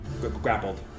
grappled